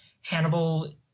Hannibal